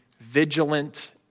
vigilant